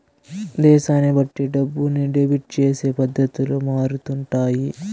దేశాన్ని బట్టి డబ్బుని డెబిట్ చేసే పద్ధతులు మారుతుంటాయి